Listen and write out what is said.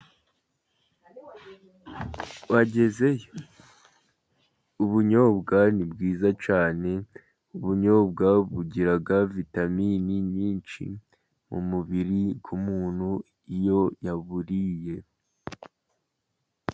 Wagezeyo. Ubunyobwa ni bwiza cyane, ubunyobwa bugira vitaminini nyinshi mu mubiri w'umuntu, iyo yaburiye.